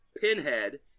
Pinhead